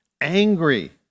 angry